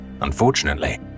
Unfortunately